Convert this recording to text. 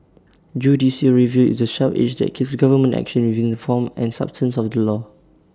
judicial review is the sharp edge that keeps government action within the form and substance of the law